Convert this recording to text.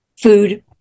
food